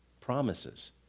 promises